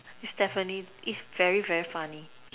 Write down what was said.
it's definitely it's very very funny